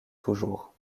toujours